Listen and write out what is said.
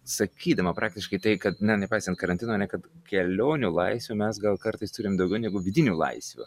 sakydama praktiškai tai kad na nepaisant karantino ar ne kad kelionių laisvių mes gal kartais turim daugiau negu vidinių laisvių